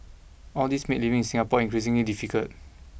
all these made living in Singapore increasingly difficult